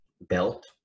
belt